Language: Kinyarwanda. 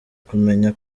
kumenya